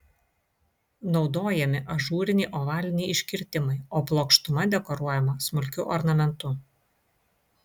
naudojami ažūriniai ovaliniai iškirtimai o plokštuma dekoruojama smulkiu ornamentu